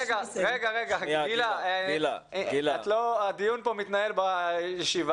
רגע, גילה, הדיון פה מתנהל אצלנו.